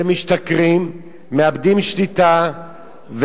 הם משתכרים, מאבדים שליטה,